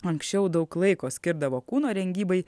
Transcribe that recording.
anksčiau daug laiko skirdavo kūno rengybai